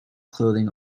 clothing